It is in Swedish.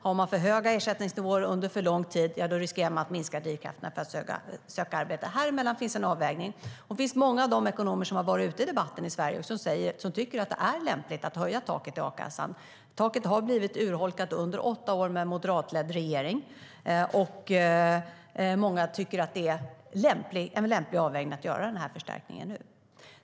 Har man för höga ersättningsnivåer under för lång tid riskerar man att minska drivkraften att söka arbete. Häremellan finns en avvägning. Många av de ekonomer som har varit ute i debatten i Sverige tycker att det är lämpligt att höja taket i a-kassan. Taket har blivit urholkat under åtta år med en moderatledd regering. Många tycker att det är en lämplig avvägning att göra den här förstärkningen nu.